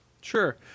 sure